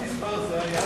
נתקבלו.